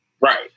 Right